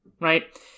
right